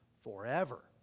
forever